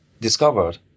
discovered